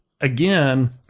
Again